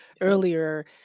earlier